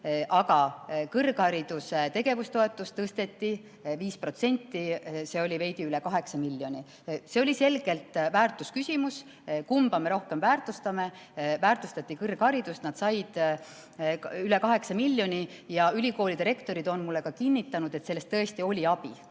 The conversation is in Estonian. Aga kõrghariduse tegevustoetust tõsteti 5%, see oli veidi üle 8 miljoni. See oli selgelt väärtusküsimus: kumba me rohkem väärtustame. Väärtustati kõrgharidust, nad said üle 8 miljoni ja ülikoolide rektorid on mulle kinnitanud, et sellest tõesti oli abi.